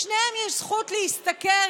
לשניהם יש זכות להשתכר,